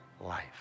life